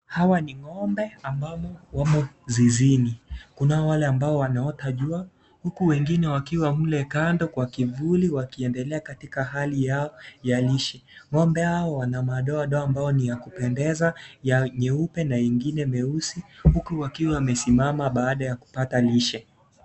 Hawa ni ngombe ambamo wamo zizini, kuna wale ambao wanaota jua huku wwngine wakiwa mle kando kwa kivuli wakiendelea katika hali yao ya lishe, ngombe hawa wana madoa doa ambao ni ya kupendeza ya nyeupe na ingine meusi huku wamesimama baada ya kupata lishe.